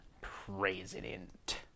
president